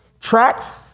tracks